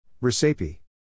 Recipe